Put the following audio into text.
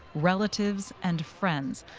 relatives and friends.